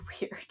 weird